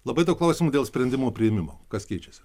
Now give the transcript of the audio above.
labai daug klausimų dėl sprendimo priėmimo kas keičiasi